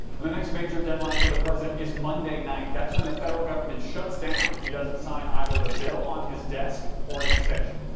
and the next major deadline for the president is monday night. that's when the federal government shuts down if he doesn't sign either the bill on his desk or an extension.